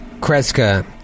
Kreska